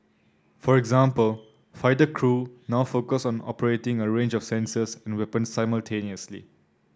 for example fighter crew now focus on operating a range of sensors and weapons simultaneously